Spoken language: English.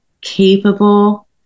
capable